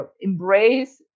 embrace